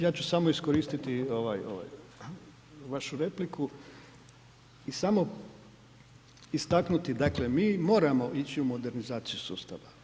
Ja ću samo iskoristiti vašu repliku i samo istaknuti, dakle mi moramo ići u modernizaciju sustava.